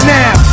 now